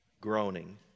groaning